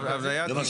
יש הסדרה למה?